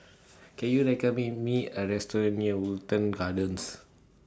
Can YOU recommend Me A Restaurant near Wilton Gardens